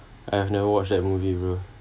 I have never watched that movie bro